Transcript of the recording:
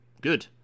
Good